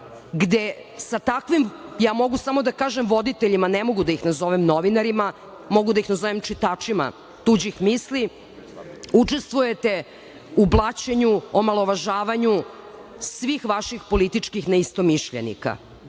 gde sa takvim, ja mogu samo da kažem voditeljima, ne mogu da ih nazovem novinarima, mogu da ih nazovem čitačima tuđih misli, učestvujete u blaćenju, omalovažavanju svih vaših političkih neistomišljenika.